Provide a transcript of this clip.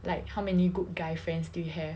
like how many good guy friends do you have